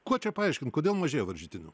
kuo čia paaiškint kodėl mažėja varžytinių